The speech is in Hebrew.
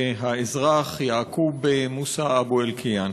והאזרח יעקוב מוסא אבו אלקיעאן.